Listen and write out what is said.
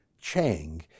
Chang